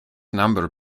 number